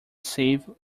save